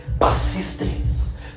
persistence